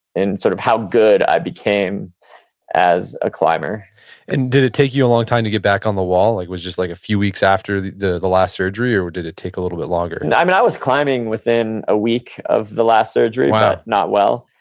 and sort of how good i became as a climber and did it take you a long time to get back on the wall? like was it just like a few weeks after the the last surgery? or, did it take a little bit longer? and um and i was climbing within a week of the last surgery but not well.